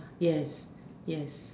yes yes